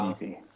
easy